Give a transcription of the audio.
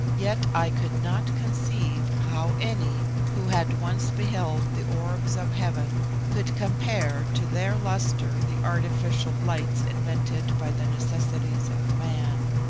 yet i could not conceive how any who had once beheld the orbs of heaven could compare to their lustre the artificial lights invented by the necessities of man.